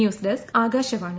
news desk Akashvani